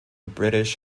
british